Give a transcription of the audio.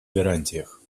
гарантиях